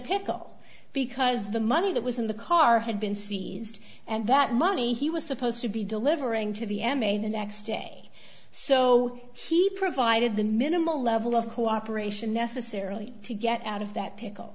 pickle because the money that was in the car had been seized and that money he was supposed to be delivering to the m a the next day so he provided the minimal level of cooperation necessarily to get out of that pickle